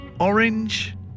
Orange